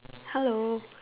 hello